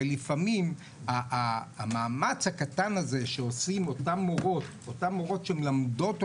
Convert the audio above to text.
ולפעמים המאמץ הקטן הזה שעושות אותן מורות שמלמדות אותם,